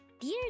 Dear